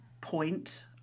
point